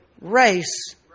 race